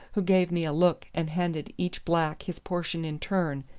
who gave me a look and handed each black his portion in turn,